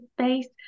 space